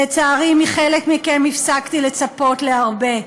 לצערי, מחלק מכם הפסקתי לצפות להרבה.